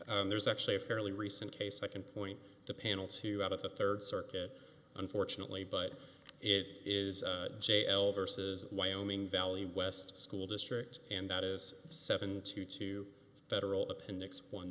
is there's actually a fairly recent case i can point to panel two out of the rd circuit unfortunately but it is j l versus wyoming valley west school district and that is seven to two federal appendix one